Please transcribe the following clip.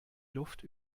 luft